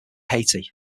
haiti